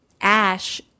Ash